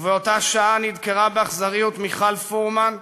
ובאותה שעה נדקרה באכזריות מיכל פורמן,